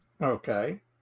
Okay